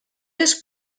les